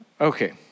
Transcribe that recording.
Okay